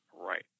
Right